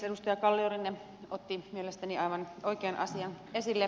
edustaja kalliorinne otti mielestäni aivan oikean asian esille